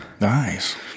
Nice